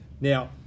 now